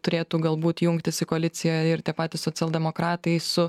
turėtų galbūt jungtis į koaliciją ir tie patys socialdemokratai su